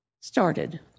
started